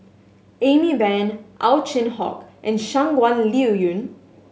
Amy Van Ow Chin Hock and Shangguan Liuyun